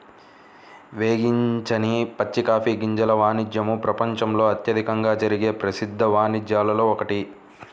వేగించని పచ్చి కాఫీ గింజల వాణిజ్యము ప్రపంచంలో అత్యధికంగా జరిగే ప్రసిద్ధ వాణిజ్యాలలో ఒకటి